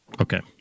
okay